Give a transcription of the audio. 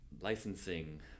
licensing